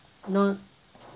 no